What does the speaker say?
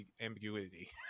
ambiguity